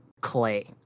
Clay